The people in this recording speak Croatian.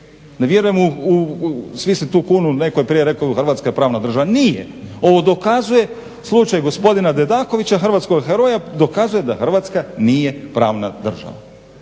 Ne vjerujem svi se tu kunu netko je prije rekao Hrvatska je pravna država, nije, ovo dokazuje slučaj gospodina Dedakovića hrvatskog heroja dokazuje da Hrvatska nije pravna država.